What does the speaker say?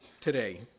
today